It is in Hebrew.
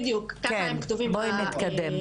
כן, בדיוק, ככה הם כתובים בטיוטה.